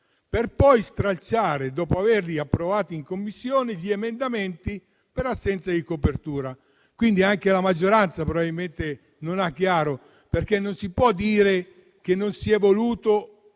per poi stralciare, dopo averli approvati in Commissione, gli emendamenti per assenza di copertura. Quindi, anche la maggioranza probabilmente non lo ha chiaro, perché non si può dire che non si è voluto